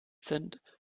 sind